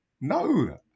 No